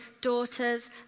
daughters